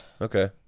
okay